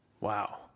Wow